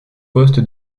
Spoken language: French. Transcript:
poste